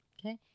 Okay